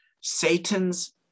Satan's